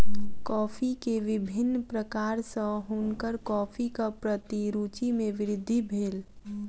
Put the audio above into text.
coffee के विभिन्न प्रकार सॅ हुनकर कॉफ़ीक प्रति रूचि मे वृद्धि भेल